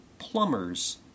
plumbers